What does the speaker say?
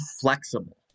flexible